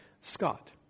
Scott